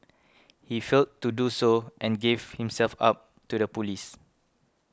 he failed to do so and gave himself up to the police